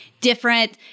different